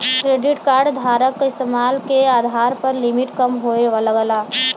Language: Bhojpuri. क्रेडिट कार्ड धारक क इस्तेमाल के आधार पर लिमिट कम होये लगला